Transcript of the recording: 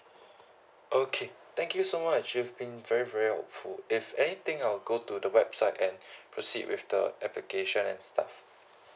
okay thank you so much you've been very very helpful if anything I'll go to the website and proceed with the application and stuff